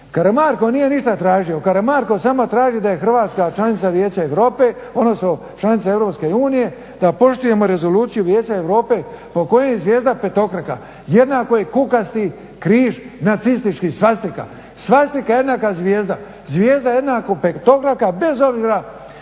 Karamarko nije ništa tražio, Karamarko samo traži da je Hrvatska članica Vijeća Europe odnosno članica Europske unije te da poštujemo Rezoluciju Vijeća Europe po kojoj je zvijezda petokraka jednako je kukasti križ, nacistički svastika. Svastika je jednaka zvijezda, zvijezda jednako petokraka bez obzira